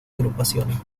agrupación